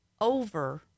over